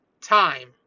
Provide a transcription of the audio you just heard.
time